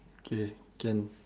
okay can